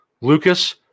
Lucas